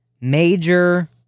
major